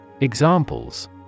Examples